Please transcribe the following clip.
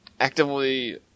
actively